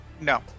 No